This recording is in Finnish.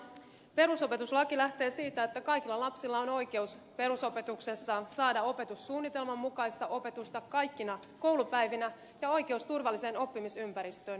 perusopetuslaki lähtee siitä että kaikilla lapsilla on oikeus perusopetuksessa saada opetussuunnitelman mukaista opetusta kaikkina koulupäivinä ja oikeus turvalliseen oppimisympäristöön